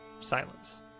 Silence